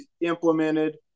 implemented